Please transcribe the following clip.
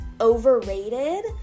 overrated